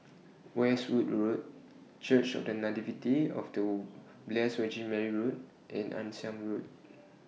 Westwood Road Church of The Nativity of Blessed Virgin Mary Road and Ann Siang Road